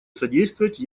содействовать